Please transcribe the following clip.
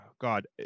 god